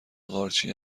قارچی